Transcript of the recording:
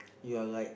you are like